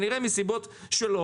מסיבותיו,